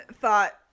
thought